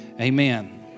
Amen